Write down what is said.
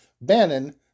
Bannon